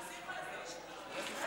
אסיר פלסטיני שכלוא בישראל.